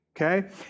Okay